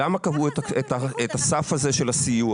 למה קבעו את הסף הזה של הסיוע?